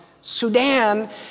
Sudan